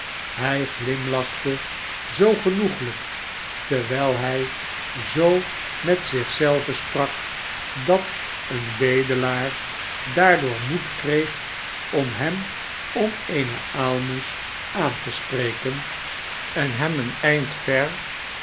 hij glimlachte zoo genoeglijk terwijl hij zoo met zich zelven sprak dat een bedelaar daardoor moed kreeg om hem om eene aalmoes aan te spreken en hem een eind ver